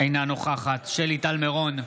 אינה נוכחת שלי טל מירון,